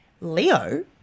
Leo